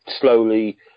slowly